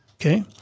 Okay